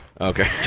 Okay